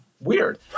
weird